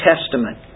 Testament